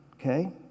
Okay